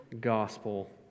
gospel